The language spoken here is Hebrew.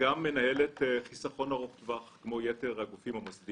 וגם מנהלת חיסכון ארוך טווח.